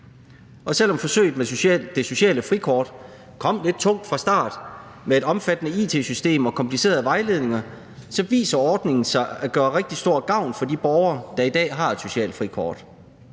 Og selv om forsøget med det sociale frikort kom lidt tungt fra start med et omfattende it-system og komplicerede vejledninger, viser ordningen sig at gøre rigtig stor gavn for de borgere, der i dag har et socialt frikort.